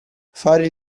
fare